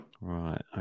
Right